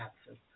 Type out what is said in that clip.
absent